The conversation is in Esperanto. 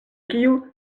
kiu